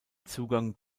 zugang